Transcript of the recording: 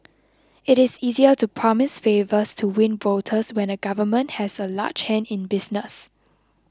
it is easier to promise favours to win voters when a government has a large hand in business